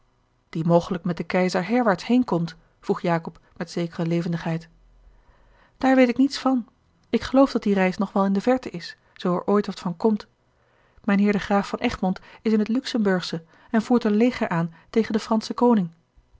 die mogelijk met den keizer herwaarts heen komt vroeg jacob met zekere levendigheid daar weet ik niets van ik geloof dat die reis nog wel in de verte is zoo er ooit wat van komt mijn heer de graaf van egmond is in t luxemburgsche en voert een leger aan tegen den franschen koning